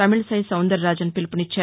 తమిళిసై సౌందరరాజన్ పిలుపునిచ్చారు